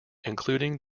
including